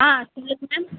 ஆ சொல்லுங்கள் மேம்